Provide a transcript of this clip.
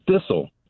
thistle